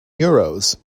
euros